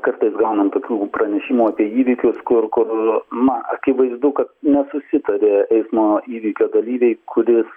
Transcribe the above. kartais gaunam tokių pranešimų apie įvykius kur kur na akivaizdu kad nesusitarė eismo įvykio dalyviai kuris